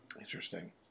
Interesting